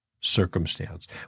circumstance